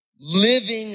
living